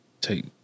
take